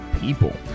people